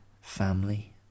Family